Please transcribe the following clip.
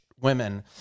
women